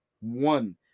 One